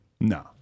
No